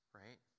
right